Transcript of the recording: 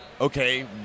okay